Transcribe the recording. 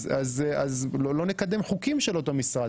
אז לא נקדם חוקים של אותו משרד.